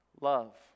love